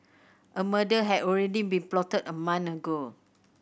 a murder had already been plotted a month ago